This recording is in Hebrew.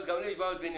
ילד, גם הבן שלי, בן